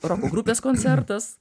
roko grupės koncertas